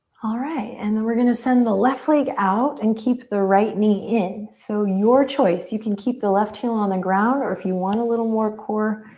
alright, and then we're gonna send the left leg out and keep the right knee in. so your choice, you can keep the left heel on the ground or if you want a little more core